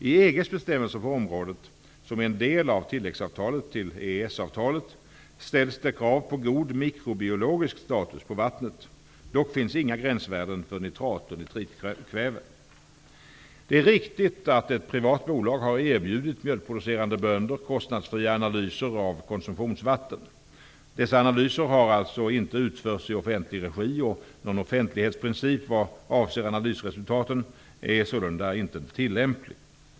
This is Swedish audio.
I EG:s bestämmelser på området, som är en del av tilläggsavtalet till EES-avtalet, ställs det krav på god mikrobiologisk status på vattnet. Dock finns inga gränsvärden för nitrat och nitritkväve. Det är riktigt att ett privat bolag har erbjudit mjölkproducerande bönder kostnadsfria analyser av konsumtionsvatten. Dessa analyser har alltså inte utförts i offentlig regi, och någon offentlighetsprincip vad avser analysresultaten är sålunda inte tillämplig.